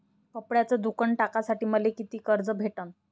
कपड्याचं दुकान टाकासाठी मले कितीक कर्ज भेटन?